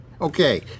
Okay